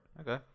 okay